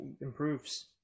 improves